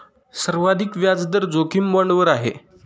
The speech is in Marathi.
सर्वाधिक व्याजदर जोखीम बाँडवर आहे